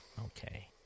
Okay